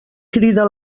crida